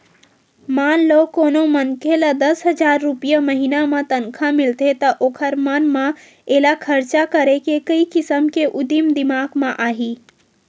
मान लो कोनो मनखे ल दस हजार रूपिया महिना म तनखा मिलथे त ओखर मन म एला खरचा करे के कइ किसम के उदिम दिमाक म आही